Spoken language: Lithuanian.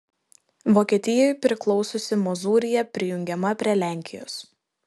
vokietijai priklausiusi mozūrija prijungiama prie lenkijos